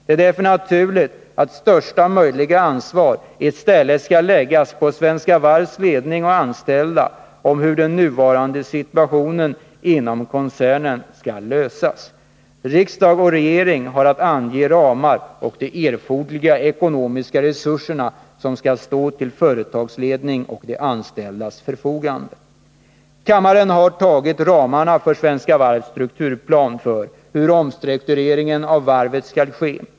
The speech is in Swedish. Därför är det naturligt att största möjliga ansvar för hur den nuvarande situationen inom Svenska Varv skall lösas i stället skall läggas på koncernledning och anställda. Riksdag och regering har att ange ramarna och ställa de erforderliga ekonomiska resurserna till företagsledningens och de anställdas förfogande. Kammaren har fattat beslut om ramarna för Svenska Varvs plan för hur omstruktureringen av varvet skall ske.